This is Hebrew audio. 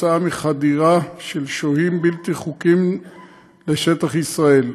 חדירה של שוהים בלתי חוקיים לשטח ישראל.